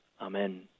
Amen